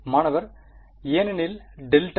மாணவர் ஏனெனில் டெல்டா